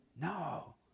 No